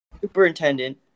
Superintendent